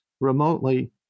remotely